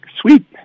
sweet